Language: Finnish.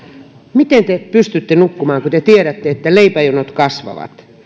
miten te pystytte nukkumaan kun te tiedätte että leipäjonot kasvavat